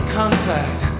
contact